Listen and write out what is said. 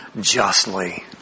justly